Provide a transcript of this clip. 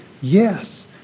yes